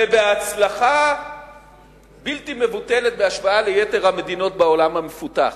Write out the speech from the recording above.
ובהצלחה בלתי מבוטלת בהשוואה ליתר המדינות בעולם המפותח.